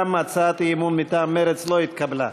גם הצעת האי-אמון מטעם מרצ לא התקבלה.